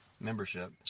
membership